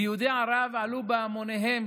יהודי ערב עלו בהמוניהם